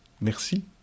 Merci